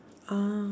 ah